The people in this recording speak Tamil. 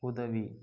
உதவி